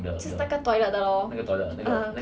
就是那个 toilet 的咯啊